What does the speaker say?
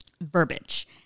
verbiage